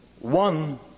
one